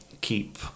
keep